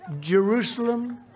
Jerusalem